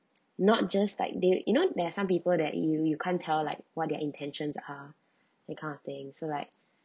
not just like there you know there are some people that you you can't tell like what their intentions are that kind of thing so like